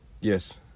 Yes